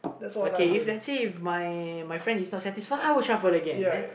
okay if let's say if my my friend is not satisfy I will shuffle again then